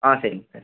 ஆ சரிங்க சார்